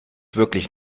wirklich